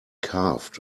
carved